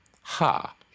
ha